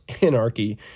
anarchy